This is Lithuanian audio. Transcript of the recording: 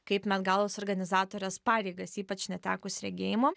kaip met galos organizatorės pareigas ypač netekus regėjimo